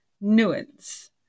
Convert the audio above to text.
nuance